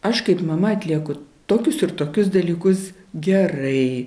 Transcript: aš kaip mama atlieku tokius ir tokius dalykus gerai